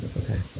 Okay